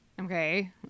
Okay